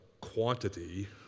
quantity